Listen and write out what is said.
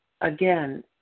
again